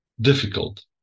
Difficult